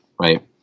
right